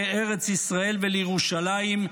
לארץ ישראל ולירושלים,